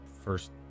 first